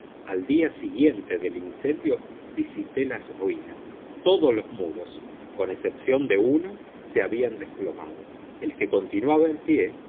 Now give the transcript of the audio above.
al día siguiente del incendio visité las ruinas todos los muros con excepción de uno se habían desplomado el que continuaba en pie